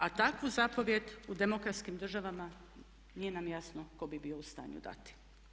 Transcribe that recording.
A takvu zapovijed u demokratskim državama nije nam jasno tko bi bio u stanju dati.